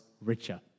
richer